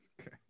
Okay